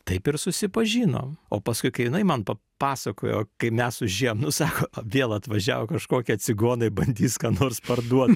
taip ir susipažinom o paskui kai jinai man papasakojo kai mes užėjom nu sako vėl atvažiavo kažkokie cigonai bandys ką nors parduot